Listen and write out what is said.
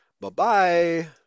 Bye-bye